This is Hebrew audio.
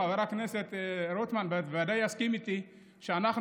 וחבר הכנסת רוטמן ודאי יסכים איתי שאנחנו